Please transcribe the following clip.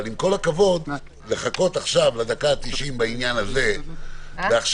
אבל לחכות עכשיו לדקה התשעים בעניין הזה ועכשיו,